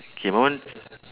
K my one